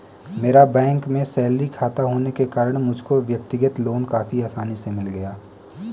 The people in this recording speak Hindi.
मेरा बैंक में सैलरी खाता होने के कारण मुझको व्यक्तिगत लोन काफी आसानी से मिल गया